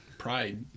Pride